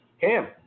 Cam